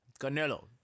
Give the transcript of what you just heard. Canelo